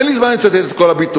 אין לי זמן לצטט את כל הביטויים.